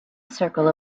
circle